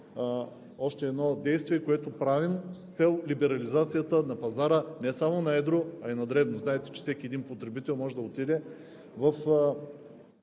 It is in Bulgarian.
още едно действие, което правим, с цел либерализацията на пазара не само на едро, а и на дребно. Знаете, че всеки един потребител може да отиде